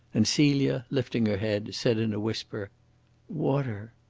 and celia, lifting her head, said in a whisper water!